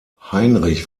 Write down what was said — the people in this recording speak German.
heinrich